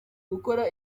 gukora